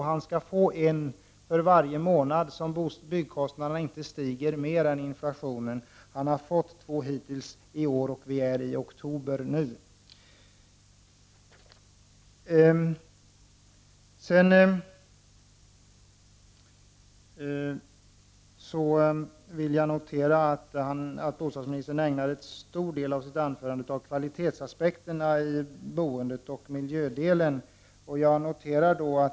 Han skall få en för varje månad som byggkostnaderna inte stiger mer än inflationen. Vi är nu i oktober, och han har hittills i år fått två. Jag noterar vidare att bostadsministern ägnar en stor del av sitt anförande åt kvalitetsaspekterna i boende och boendemiljö.